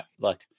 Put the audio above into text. look